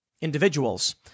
individuals